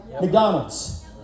McDonald's